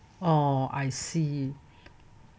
oh I see